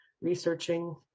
researching